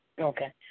Okay